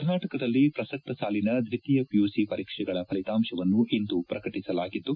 ಕರ್ನಾಟಕದಲ್ಲಿ ಪ್ರಸಕ್ತ ಸಾಲಿನ ದ್ವಿತೀಯ ಪಿಯುಸಿ ಪರೀಕ್ಷೆಗಳ ಫಲಿತಾಂಶವನ್ನು ಇಂದು ಪ್ರಕಟಸಲಾಗಿದ್ದು